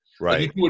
right